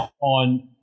on